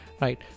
right